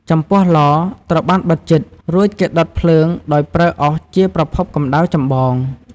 ចំពោះ ឡ ត្រូវបានបិទជិត រួចគេដុតភ្លើងដោយប្រើអុសជាប្រភពកំដៅចម្បង។